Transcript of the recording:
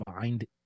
find